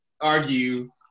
argue